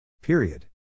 Period